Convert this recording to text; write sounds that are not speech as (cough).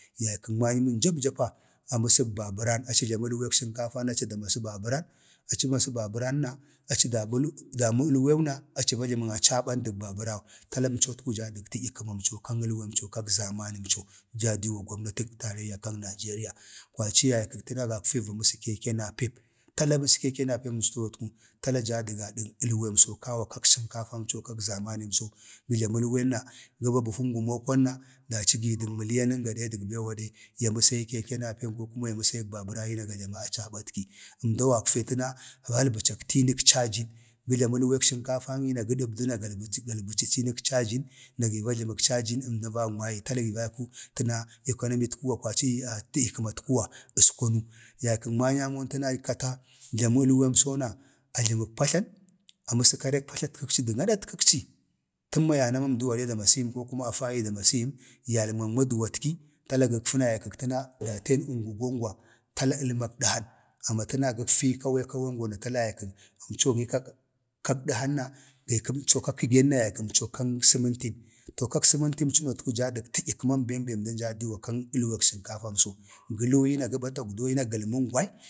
﻿yaikan manyəmən jap japa aməsək babaren. aməsəg (unintelligible) əlwek sənkafan aci da masa babəran aci damasa babəran na aci damə əlwewna aci va jləmən acaban dən babərau, tala əmcotku daa dən tədya kəmamco kan əlwek zamanəmco jaa diwa gomnatək taraiiya nigeria kwaci əncani təna gakfe va məsək keke napep tala məsa keke napepəmsənotku tala jaa du gadan əlwemso kawa kak sənkagamco kag zama məmso gə jləma əlwen na gə ba buhun gumokwan na daci gi dək miyanan gadə dəg bewadə, ya məsədu keke napep ko kuma ya məsayidu. babəranyi na ga jləmədu acabatki əmdau gakfe tənu valbəcak tinak cajin, gə jləmə əlweg sənkafayi na gə dəhdə na galbəcə cinək cajin, na gi va jləmək cajin na əmda vagmagi tala təna ikonomitkuwa kwaci (hesitation) tədya kəmat kuwa əskwanu, yay kən manyamon təna kata jləma əlwemso na ajləmək patlan, aməsəg karek patlatkək ci dan adatkəkci, təmma yana ma əmdu gadə da masigəm ko kuma afanyi da masigi, yalman maduwat ki tala gəkfəna yaykan əngugongwa tala əlmak dəhan, amma təna gəkfi kawetənəngwa na əmco kak kəgən na, əmco yaykan kak səməntin to kak səmantamcənotka jaa dək tədyə kəman bem be əmdan jaa diwa kan əlweg sənkafamco. gə luuyəna gaba tagdooyi na galməngwai,